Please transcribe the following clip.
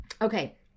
okay